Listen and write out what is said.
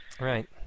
Right